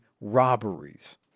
robberies